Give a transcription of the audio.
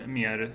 mer